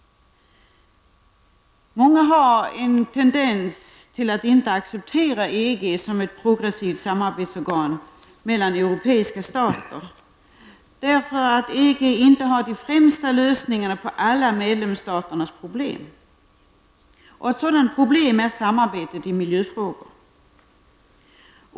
Många har en tendens att inte acceptea EG som ett progressivt samarbetsorgan mellan europeiska stater, därför att EG inte har de främsta lösningarna på alla medlemsstaternas problem. Ett sådant problem är samarbetet i miljöfrågor.